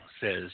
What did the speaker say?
says